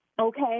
Okay